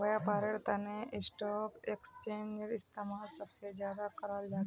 व्यापारेर तना स्टाक एक्स्चेंजेर इस्तेमाल सब स ज्यादा कराल जा छेक